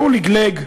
והוא לגלג,